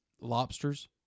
lobsters